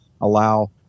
allow